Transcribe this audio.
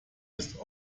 ist